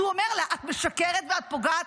אז הוא אומר לה: את משקרת ואת פוגעת